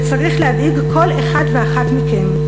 זה צריך להדאיג כל אחת ואחד מכם.